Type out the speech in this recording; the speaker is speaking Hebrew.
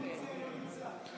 אם המציע לא נמצא,